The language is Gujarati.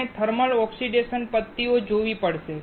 આપણે થર્મલ ઓક્સિડેશન પદ્ધતિઓ જોવી પડશે